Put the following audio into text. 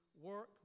work